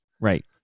Right